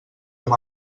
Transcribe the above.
amb